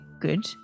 good